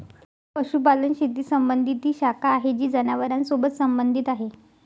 पशुपालन शेती संबंधी ती शाखा आहे जी जनावरांसोबत संबंधित आहे